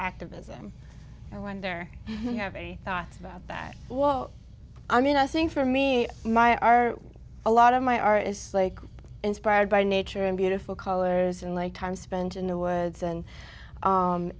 activism and when there have any thoughts about that well i mean i think for me my are a lot of my are is like inspired by nature and beautiful colors and like time spent in the woods and